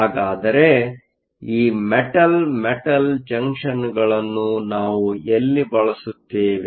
ಹಾಗಾದರೆ ಈ metal metal ಜಂಕ್ಷನ್ಗಳನ್ನು ನಾವು ಎಲ್ಲಿ ಬಳಸುತ್ತೇವೆ